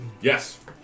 Yes